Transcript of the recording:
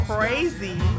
Crazy